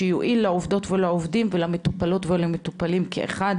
שיועיל לעובדות ולעובדים ולמטופלות ולמטופלים כאחד.